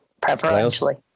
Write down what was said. preferentially